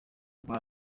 urwa